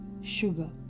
sugar